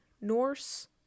norse